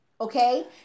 Okay